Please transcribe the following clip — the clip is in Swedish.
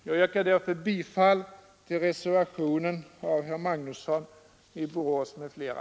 Jag yrkar därför bifall till reservationen av herr Magnusson i Borås m.fl.